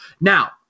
Now